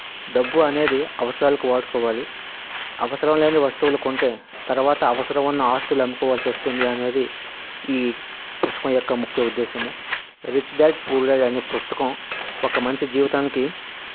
డబ్బు అనేది అవసరాలకు వాడుకోవాలి అవసరం లేని వస్తువులను కొంటే తర్వాత అవసరం ఉన్న ఆస్తులున్నా అమ్ముకోవాల్సి వస్తుంది అనేది ఈ పుస్తకం యొక్క ముఖ్య ఉద్దేశము రిచ్ డాడ్ పూర్ డాడ్ అనే పుస్తకం ఒక మనిషి జీవితానికి